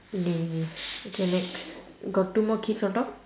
too lazy okay next got two more kids on top